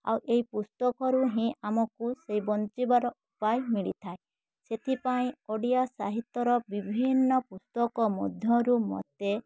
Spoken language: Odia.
ଆଉ ଏଇ ପୁସ୍ତକରୁ ହିଁ ଆମକୁ ସେଇ ବଞ୍ଚିବାର ଉପାୟ ମିଳିଥାଏ ସେଥିପାଇଁ ଓଡ଼ିଆ ସାହିତ୍ୟର ବିଭିନ୍ନ ପୁସ୍ତକ ମଧ୍ୟରୁ ମତେ